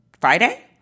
Friday